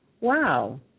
wow